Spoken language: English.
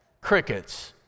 crickets